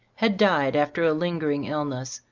had died after a lingering illness,